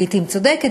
לעתים צודקת,